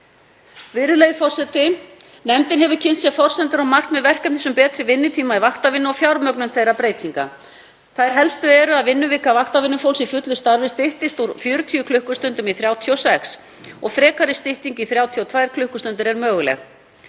Virðulegi forseti. Nefndin hefur kynnt sér forsendur og markmið verkefnis um betri vinnutíma í vaktavinnu og fjármögnun þeirra breytinga. Þær helstu eru að vinnuvika vaktavinnufólks í fullu starfi styttist úr 40 klukkustundum í 36 og frekari stytting í 32 klukkustundir er möguleg.